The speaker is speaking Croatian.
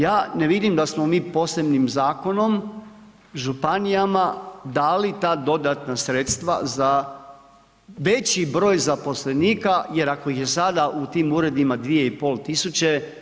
Ja ne vidim da smo mi posljednjim zakonom županijama dali ta dodatna sredstava za veći broj zaposlenika, jer ako ih je sada u tih uredima 2500 tisuće.